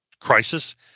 crisis